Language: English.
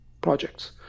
projects